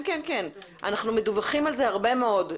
אנו מדווחים על זה הרבה מאוד,